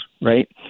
right